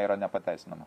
yra nepateisinama